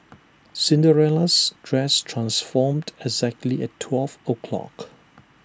Cinderella's dress transformed exactly at twelve o'clock